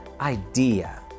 idea